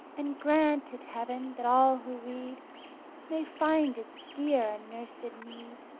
and grant it, heaven, that all who read may find as dear a nurse at need,